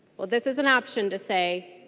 while this is an option to say